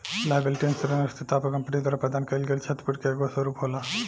liability insurance वस्तुतः company द्वारा प्रदान कईल गईल छतिपूर्ति के एगो स्वरूप होला